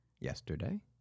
yesterday